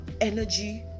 energy